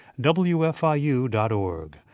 wfiu.org